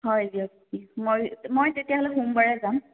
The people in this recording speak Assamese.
হয় দিয়ক মই মই তেতিয়াহ'লে সোমবাৰে যাম